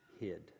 hid